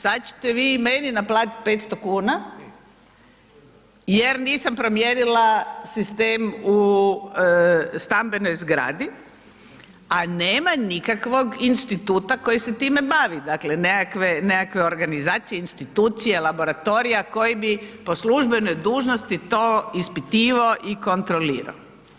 Sad ćete vi meni naplatiti 500 kn, jer nisam promijenila sistem u stambenoj zgradi, a nema nikakvog instituta koji se time babi dakle nekakve organizacije, institucije, laboratorija koji bi po službenoj dužnosti to ispitivao i kontrolirao.